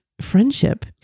friendship